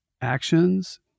actions